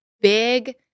big